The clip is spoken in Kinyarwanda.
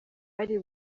bari